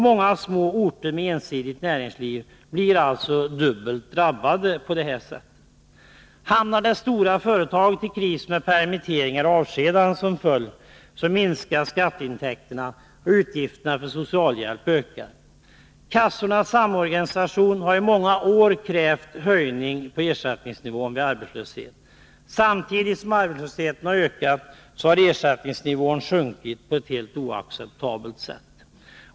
Många små orter med ensidigt näringsliv blir alltså dubbelt drabbade på detta sätt. Hamnar det stora företaget i kris med permitteringar och avskedanden som följd, minskar skatteintäkterna och ökar utgifterna för socialhjälp. Kassornas samorganisation har i många år krävt en höjning av ersättningsnivån. Samtidigt som arbetslösheten har ökat har ersättningsnivån sjunkit på ett helt oacceptabelt sätt.